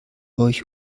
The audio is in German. euch